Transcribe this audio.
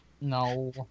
No